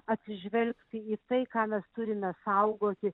atsižvelgti į tai ką mes turime saugoti